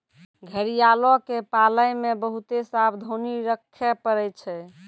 घड़ियालो के पालै मे बहुते सावधानी रक्खे पड़ै छै